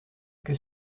que